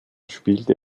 spielte